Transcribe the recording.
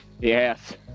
Yes